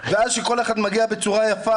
ואז כשכל אחד מגיע בצורה יפה,